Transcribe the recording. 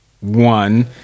one